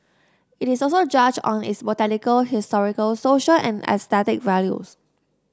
it is also judged on its botanical historical social and aesthetic values